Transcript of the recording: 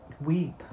weep